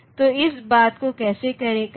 तो इस बात को कैसे करें